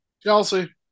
Chelsea